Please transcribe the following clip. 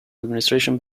administration